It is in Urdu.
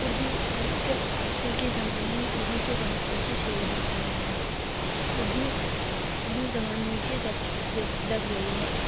اردو آج کل آج کل کے زمانے میں اردو کو بہت پیچھے چھوڑ دیا گیا ہے اردو اردو زبان نیچے دب دب دب گئی ہے